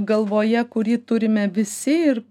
galvoje kurį turime visi ir